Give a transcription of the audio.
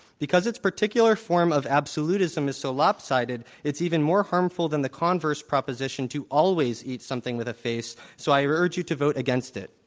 because its particular form of absolutism is so lopsided, it's even more harmful than the converse proposition to always eat something with a face. so i urge you to vote against it.